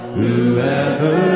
whoever